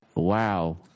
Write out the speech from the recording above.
Wow